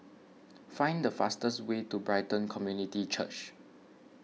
find the fastest way to Brighton Community Church